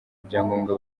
ibyangombwa